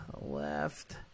left